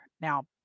Now